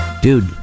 Dude